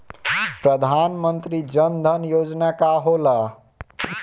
प्रधानमंत्री जन धन योजना का होला?